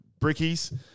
brickies